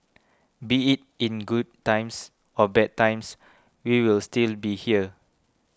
be it in good times or bad times we will still be here